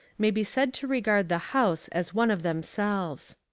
may be said to regard the house as one of themselves.